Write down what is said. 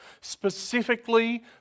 specifically